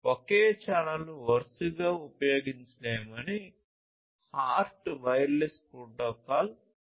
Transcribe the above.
ఒకే ఛానెల్ను వరుసగా ఉపయోగించలేమని HART వైర్లెస్ ప్రోటోకాల్ తప్పనిసరి చేస్తుంది